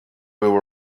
will